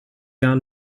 jahr